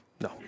No